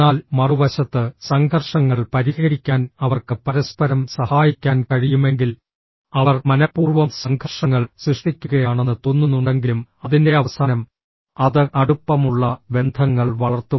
എന്നാൽ മറുവശത്ത് സംഘർഷങ്ങൾ പരിഹരിക്കാൻ അവർക്ക് പരസ്പരം സഹായിക്കാൻ കഴിയുമെങ്കിൽ അവർ മനപ്പൂർവ്വം സംഘർഷങ്ങൾ സൃഷ്ടിക്കുകയാണെന്ന് തോന്നുന്നുണ്ടെങ്കിലും അതിന്റെ അവസാനം അത് അടുപ്പമുള്ള ബന്ധങ്ങൾ വളർത്തും